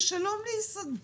ושלום על ישראל.